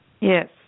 Yes